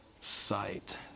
sight